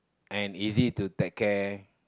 and easy to take care